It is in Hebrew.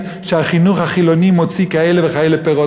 שהחינוך החילוני מוציא כאלה וכאלה פירות,